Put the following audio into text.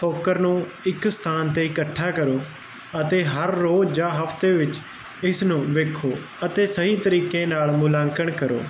ਫੋਕਰ ਨੂੰ ਇੱਕ ਸਥਾਨ ਤੇ ਇਕੱਠਾ ਕਰੋ ਅਤੇ ਹਰ ਰੋਜ਼ ਜਾਂ ਹਫਤੇ ਵਿੱਚ ਇਸ ਨੂੰ ਵੇਖੋ ਅਤੇ ਸਹੀ ਤਰੀਕੇ ਨਾਲ ਮੁਲਾਂਕਣ ਕਰੋ